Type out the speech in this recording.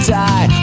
die